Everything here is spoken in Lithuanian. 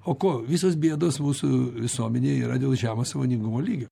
o ko visos bėdos mūsų visuomenėje yra dėl žemo sąmoningumo lygio